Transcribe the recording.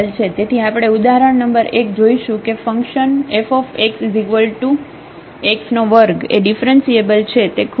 તેથી આપણે ઉદાહરણ નંબર 1 જોઈશું કે ફંક્શન fx2એ ડિફરન્સીએબલ છે તે ખુબજ સરળ છે